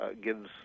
gives